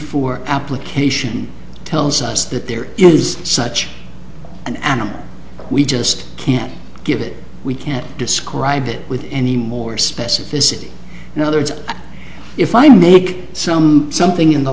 four application tells us that there is such an animal we just can't give it we can't describe it with any more specificity in other words if i make some something in the